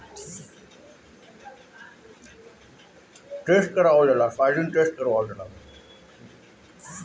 ढेर माटी खराब हो गइल होखे तअ असो सनइ बो दअ